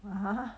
!huh!